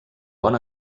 bon